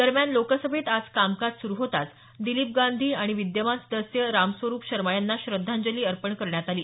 दरम्यान लोकसभेत आज कामकाज सुरु होताच दिलीप गांधी आणि विद्यमान सदस्य रामस्वरुप शर्मा यांना श्रद्धांजली अर्पण करण्यात आली